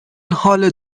حال